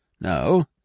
No